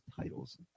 titles